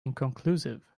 inconclusive